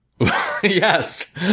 Yes